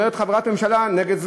אומרת חברת ממשלה נגד סגן,